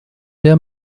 der